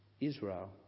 Israel